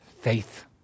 Faith